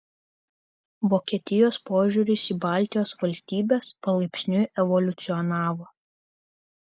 vokietijos požiūris į baltijos valstybes palaipsniui evoliucionavo